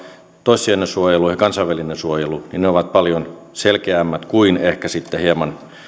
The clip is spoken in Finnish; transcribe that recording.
toissijainen suojelu ja kansainvälinen suojelu ovat paljon selkeämmät kuin ehkä sitten